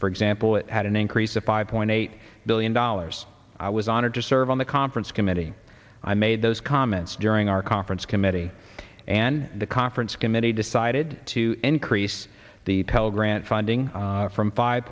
for example it had an increase of five point eight billion dollars i was honored to serve on the conference committee i made those comments during our conference committee and the conference committee decided to increase the pell grant funding from five